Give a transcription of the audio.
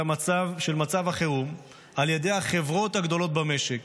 מצב החירום על ידי החברות הגדולות במשק.